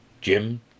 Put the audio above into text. Jim